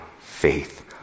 faith